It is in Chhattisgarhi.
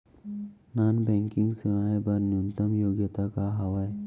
नॉन बैंकिंग सेवाएं बर न्यूनतम योग्यता का हावे?